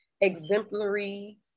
exemplary